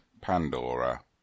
Pandora